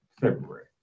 February